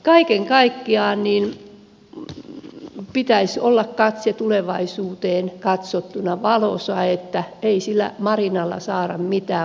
kaiken kaikkiaan pitäisi olla katse tulevaisuuteen katsottuna valoisa ei sillä marinalla saada mitään